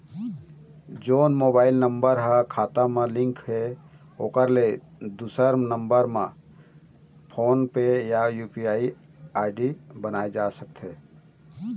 जोन mobile number हा खाता मा लिन्क हे ओकर ले दुसर नंबर मा फोन पे या यू.पी.आई आई.डी बनवाए सका थे?